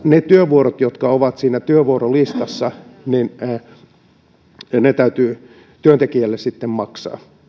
ne työvuorot jotka ovat siinä työvuorolistassa täytyy työntekijälle sitten maksaa